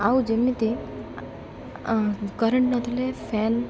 ଆଉ ଯେମିତି କରେଣ୍ଟ୍ ନଥିଲେ ଫ୍ୟାନ୍